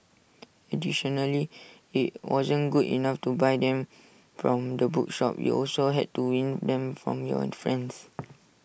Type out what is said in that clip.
additionally IT wasn't good enough to buy them from the bookshop you also had to win them from your friends